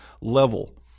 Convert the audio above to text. level